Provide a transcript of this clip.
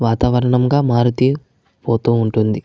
వాతావరణముగా మారిపోతు ఉంటుంది